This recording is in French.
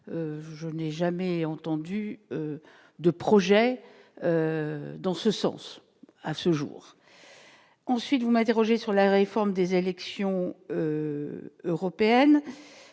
je n'ai jamais entendu de projet dans ce sens à ce jour, ensuite vous m'interrogez sur la réforme des élections européennes,